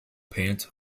pant